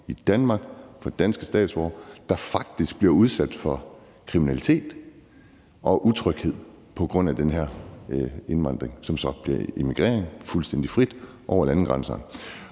i Danmark for danske statsborgere, der faktisk bliver udsat for kriminalitet og utryghed på grund af den her indvandring, som så bliver til immigration, fuldstændig frit over landegrænserne.